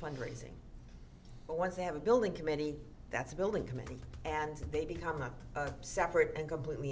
fundraising but once they have a building committee that's a building committee and they become a separate and completely